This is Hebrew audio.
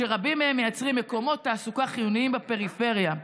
ורבים מהם מייצרים מקומות תעסוקה חיוניים בפריפריה.